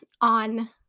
on